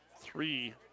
Three